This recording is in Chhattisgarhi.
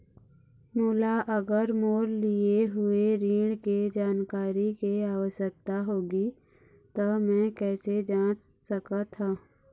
मोला अगर मोर लिए हुए ऋण के जानकारी के आवश्यकता होगी त मैं कैसे जांच सकत हव?